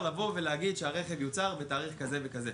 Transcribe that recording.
להגיד שייצור הרכב הוא בתאריך כזה וכזה.